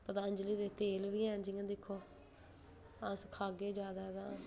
पतंजली दे तेल बी ऐ न अस खागे जैदा तां